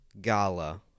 Gala